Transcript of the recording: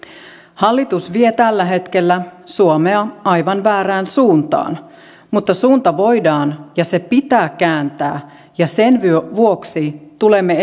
hallitus vie tällä hetkellä suomea aivan väärään suuntaan mutta suunta voidaan ja se pitää kääntää ja sen vuoksi tulemme